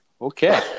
Okay